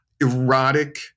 erotic